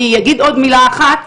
אני אגיד עוד מילה אחת,